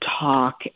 talk